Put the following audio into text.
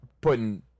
putting